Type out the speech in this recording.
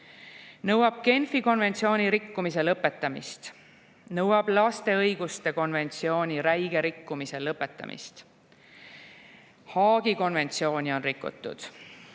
nõuab Genfi konventsiooni rikkumise lõpetamist. See nõuab laste õiguste konventsiooni räige rikkumise lõpetamist. Ka Haagi konventsiooni on rikutud.